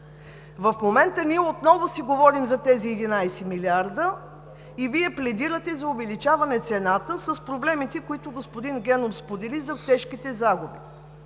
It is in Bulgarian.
В момента ние отново си говорим за тези 11 милиарда и Вие пледирате за увеличаване на цената с проблемите, които господин Генов сподели за тежките загуби!